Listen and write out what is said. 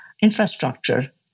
infrastructure